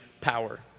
power